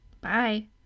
Bye